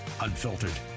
unfiltered